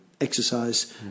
exercise